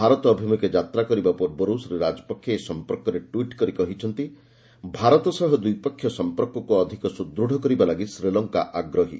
ଭାରତ ଅଭିମ୍ରଖେ ଯାତ୍ରା କରିବା ପୂର୍ବରୁ ଶ୍ରୀ ରାଜପକ୍ଷେ ଏ ସମ୍ପର୍କରେ ଟ୍ୱିଟ୍ କରି କହିଛନ୍ତି ଭାରତ ସହ ଦ୍ୱିପକ୍ଷୀୟ ସମ୍ପର୍କକୁ ଅଧିକ ସୁଦୃଢ଼ କରିବାଲାଗି ଶ୍ରୀଲଙ୍କା ଆଗ୍ରହୀ